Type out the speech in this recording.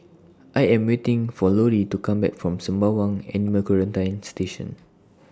I Am waiting For Lorie to Come Back from Sembawang Animal Quarantine Station